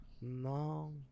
no